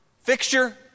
fixture